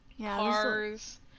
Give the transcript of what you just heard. Cars